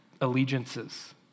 allegiances